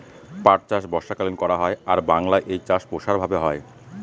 পাট চাষ বর্ষাকালীন করা হয় আর বাংলায় এই চাষ প্রসার ভাবে হয়